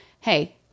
hey